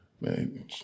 man